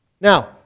Now